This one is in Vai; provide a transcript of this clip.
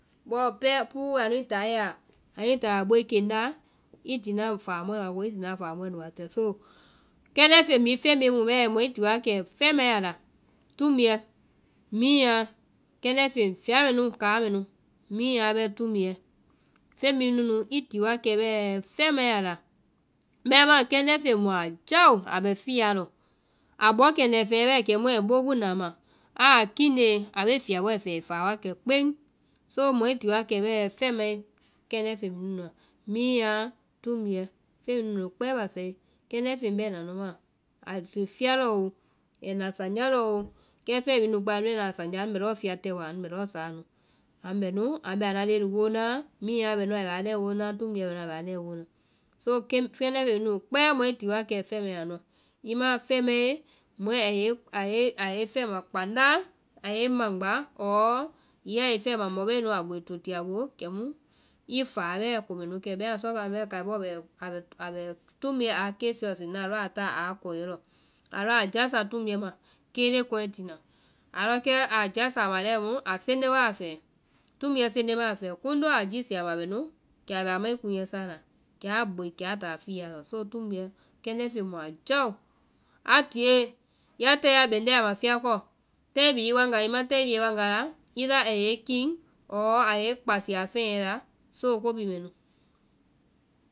Bɔɔ pɛɛ púu ani táa i ya, ani táa boi keŋ láa, i tina fáa mɔɔ wa ko, i tina fáa mɔɛ nu wa tɛ. So kɛndɛ́ feŋ bhii, feŋ bhii mu bɛɛ mɔi ti wakɛ bɛɛ fɛmae a la, tumbuɛ, minyaa, kɛndɛ́ feŋ fɛa mɛnu káa mɛnu, minyaa bɛ tumbuɛ feŋ bhii nunu i ti wa kɛ bɛɛ fɛmae a la. Bɛmaã feŋ mu a jáo a bɛ fiyaa lɔ, a bɔ kɛndɛ́ feŋɛ bɛɛ kɛmu ai boo buŋna a ma aa kiŋndee a bee fiyabɔɛ fɛɛ ai fáa wakɛ kpeŋ. So mɔ i ti wakɛ bɛɛ fɛmae kɛndɛ́ feŋ bhii nunu a, miinyaa, tumbuɛ, feŋ bhii nunu kpɛɛ basae, kɛndɛ́ feŋ bɛna nu maã nu. Ai to fiya lɔɔ oo, ai to sanjá tɛoo, kɛ feŋɛ bhii nunu kpɛɛ anu bee naã sanjá lɔ anu bɛ lɔɔ fiyaa tɛ wa, anu bɛ lɔɔ saa nu. Anu bɛ nu anu bɛ̀ anuã leŋɛ nu woo naa, miinyaa bɛ nu a bɛ aa leŋɛ nu woo na, tumbuɛ bɛ aa leŋɛ nu woo na. So kɛndɛ́ feŋ mɛɛ nunu kpɛɛ kpã mu i fɛma anuã, i ma a fɛmae, mɔɛ a yɛ i fɛma kpada, ai yɛ i maŋgba, ɔɔ hiŋi ai i fɛma mɔ bee nu a boi to ti a boo, kɛmu i fáa bɛɛ ko mɛnu kɛ. Bɛmaã sɔɔfɛa bɛɛ kai bɔɔ bɛ tumbuɛ a kesiɛ fɔna, a lɔ a táa aa kɔiɛ lɔ, a lɔ a jása tumbuɛ ma kele kɔŋɛ tina, kɛ a lɔ a jása a ma lɛi mu, a sende wa a fɛɛ, tumbuɛ sende ma a fɛɛ, kuuŋ lɔɔ a jiisi ama a bɛ nu kɛ a bɛ a kunyɛ sáa na, kɛ a boi a táa fiya lɔ, so tumbuɛ kɛndɛ́ feŋ mu a jáo, a tie- ya tae ya bɛŋnde a ma fiya kɔ, táai bi i wagŋa la i ma táai bie i waŋga, ilɔ a yɛ i kiŋ ɔɔ a yɛ i kpasi a fɛnyɛɛ la, soo ko bhii mɛnu.